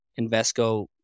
Invesco